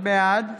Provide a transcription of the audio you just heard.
בעד